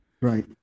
Right